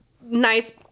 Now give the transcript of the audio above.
nice